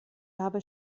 habe